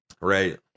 Right